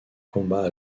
combats